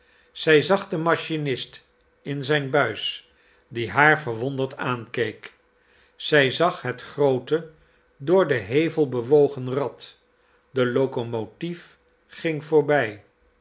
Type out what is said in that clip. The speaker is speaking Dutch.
zij zag den machinist in zijn buis die haar verwonderd aankeek zij zag het groote door den hevel bewogen rad de locomotief ging voorbij